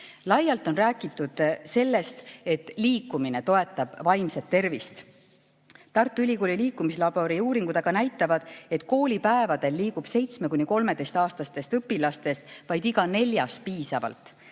on räägitud sellest, et liikumine toetab vaimset tervist. Tartu Ülikooli liikumislabori uuringud aga näitavad, et koolipäevadel liigub 7–13‑aastastest õpilastest vaid iga neljas piisavalt,